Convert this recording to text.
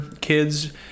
kids